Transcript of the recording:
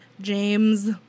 James